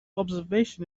observation